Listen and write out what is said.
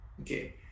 Okay